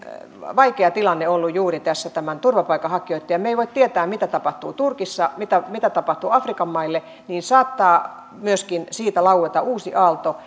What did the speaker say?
vaikea tilanne ollut juuri tässä turvapaikanhakijoitten kanssa ja me emme voi tietää mitä tapahtuu turkissa mitä tapahtuu afrikan maille niin saattaa myöskin siitä laueta uusi aalto